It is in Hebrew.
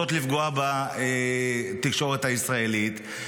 רוצות לפגוע בתקשורת הישראלית,